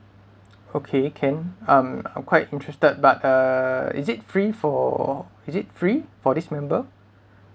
okay can um I'm quite interested but uh is it free for is it free for this member